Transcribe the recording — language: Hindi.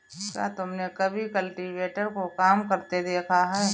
क्या तुमने कभी कल्टीवेटर को काम करते देखा है?